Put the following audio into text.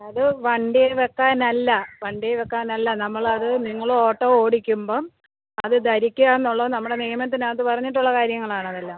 അത് വണ്ടിയിൽ വെക്കാനല്ല വണ്ടിയിൽ വെക്കാനല്ല നമ്മൾ അത് നിങ്ങൾ ഓട്ടോ ഓടിക്കുമ്പം അത് ധരിക്കാന്നുള്ളത് നമ്മളെ നിയമത്തിനകത്ത് പറഞ്ഞിട്ടുള്ള കാര്യങ്ങളാണ് അതെല്ലാം